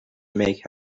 make